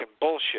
bullshit